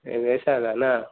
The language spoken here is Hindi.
नहीं वैसा लाना